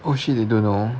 oh shit they don't know